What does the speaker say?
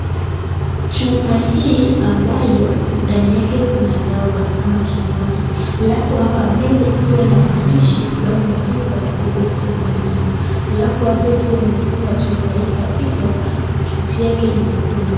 Chupa hii ambayo ndani yake kuna dawa ama kinywaji alafu apa mbele ikiwa na maandishi ambayo imeandikwa epilepsy medicine ,alafu apa ikiwa imefunga chupa hii katika yake kitu yake nyekundu.